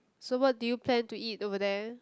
so what do you plan to eat over there